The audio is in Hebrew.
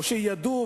או שהיה ידוע,